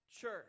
church